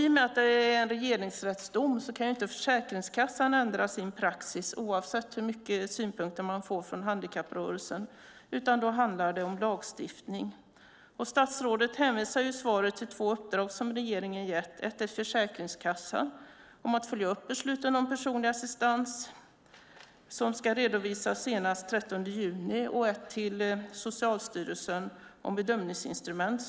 I och med att det finns en regeringsrättsdom kan inte heller Försäkringskassan ändra sin praxis, oavsett hur mycket synpunkter man får från handikapprörelsen, utan då handlar det om lagstiftning. Statsrådet hänvisar i svaret till två uppdrag som regeringen gett: ett till Försäkringskassan om att följa upp besluten om personlig assistans, som ska redovisas senast den 13 juni, och ett till Socialstyrelsen om bedömningsinstrument.